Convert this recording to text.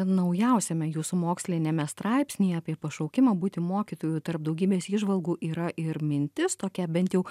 naujausiame jūsų moksliniame straipsnyje apie pašaukimą būti mokytoju tarp daugybės įžvalgų yra ir mintis tokia bent jau